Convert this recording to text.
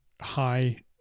high